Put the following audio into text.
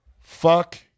Fuck